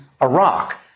Iraq